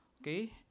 Okay